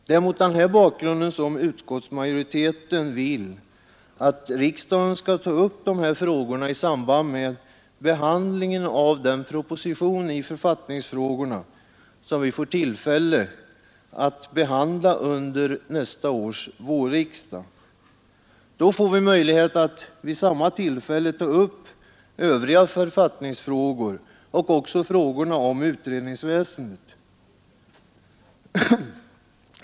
Det är mot denna bakgrund som utskottsmajoriteten vill att riksdagen skall ta upp dessa frågor i samband med behandlingen av den proposition i författningsfrågorna som vi får tillfälle att behandla under nästa års vårriksd Då får vi möjlighet att vid samma tillfälle ta upp övriga författningsfrågor och också frågorna om utredningsväsendet.